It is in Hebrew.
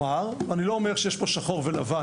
אני לא אומר שיש פה שחור או לבן,